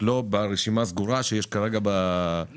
רק לא ברשימה הסגורה שיש כרגע בחוק.